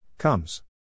Comes